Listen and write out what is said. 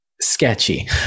sketchy